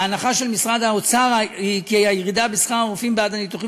ההנחה של משרד האוצר היא כי הירידה בשכר הרופאים בעד הניתוחים